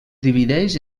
divideix